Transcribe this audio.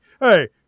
hey